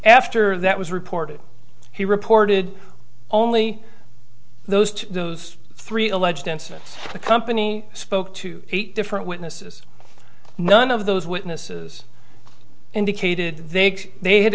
after that was reported he reported only those to those three alleged incidents the company spoke to eight different witnesses none of those witnesses indicated they they h